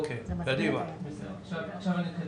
עכשיו אני ממשיך.